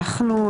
אנחנו,